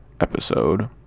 episode